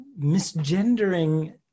misgendering